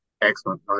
Excellent